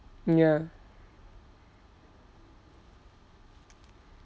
mm ya